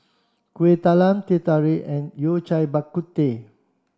Kuih Talam Teh Tarik and Yao Cai Bak Kut Teh